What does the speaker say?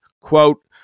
quote